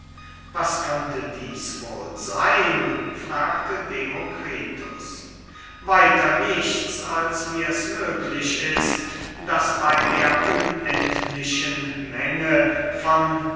was könnte dieß wohl seyn fragte demokritus weiter nichts als wie es möglich ist daß bey der unendlichen menge von